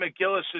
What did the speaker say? McGillis